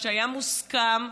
ושהיה מוסכם,